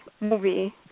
movie